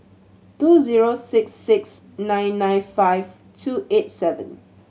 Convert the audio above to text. two zero six six nine nine five two eight seven